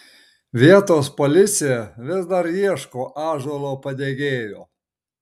vietos policija vis dar ieško ąžuolo padegėjo